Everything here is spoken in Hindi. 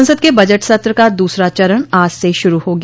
संसद के बजट सत्र का दूसरा चरण आज से शुरू हो गया